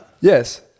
Yes